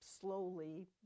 slowly